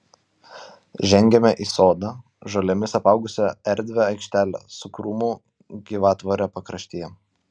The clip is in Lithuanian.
žengėme į sodą žolėmis apaugusią erdvią aikštelę su krūmų gyvatvore pakraštyje